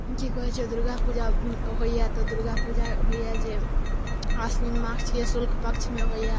की कहैत छै दुर्गा पूजा होइया तऽ दुर्गा पूजा होइया जे आसिन मासके शुक्ल पक्षमे होइया